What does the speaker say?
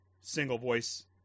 single-voice